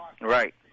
Right